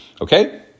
Okay